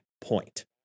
point